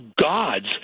gods